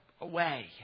away